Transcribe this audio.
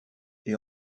est